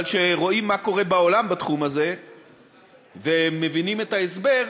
אבל כשרואים מה קורה בעולם בתחום הזה ומבינים את ההסבר,